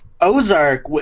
Ozark